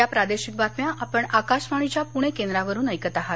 या प्रादेशिक बातम्या आपण आकाशवाणीच्या पुणे केंद्रावरून ऐकत आहात